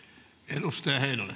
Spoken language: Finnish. arvoisa